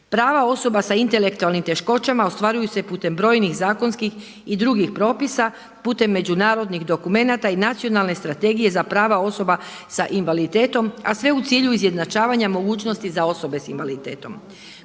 Prava osoba sa intelektualnim teškoćama ostvaruju se putem brojnih zakonskih i drugih propisa, putem međunarodnih dokumenata i Nacionalne strategije za prava osoba sa invaliditetom, a sve u cilju izjednačavanja mogućnost za osobe sa invaliditetom.